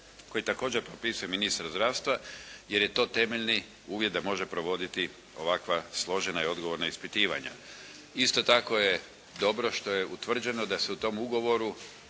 koje također propisuje ministar zdravstva jer je to temeljni uvjet da može provoditi ovakva složena i odgovorna ispitivanja. Isto tako je dobro što je utvrđeno da se u tom ugovoru